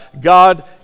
God